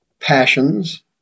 passions